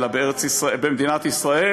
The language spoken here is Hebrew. לא אמרתי את זה.